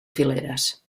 fileres